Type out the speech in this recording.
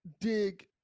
dig